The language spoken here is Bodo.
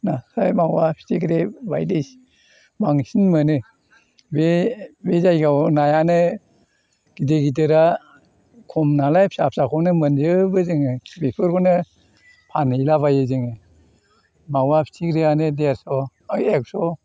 नास्राइ मावा फिथिख्रि बायदि बांसिन मोनो बे बे जायगायाव नायानो गिदिर गिदिरा खम नालाय फिसा फिसाखौनो मोनजोबो जोङो बेफोरखौनो फानहैला बायो जोङो मावा फिथिख्रिआनो देरस' बा एक्स'